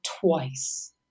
twice